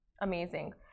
amazing